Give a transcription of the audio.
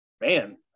man